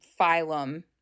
phylum